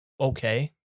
okay